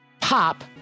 Pop